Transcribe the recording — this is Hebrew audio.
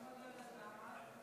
למה את לא יודעת?